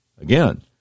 again